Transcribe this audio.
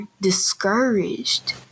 discouraged